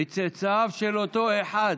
מצאצאיו של אותו אחד.